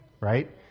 Right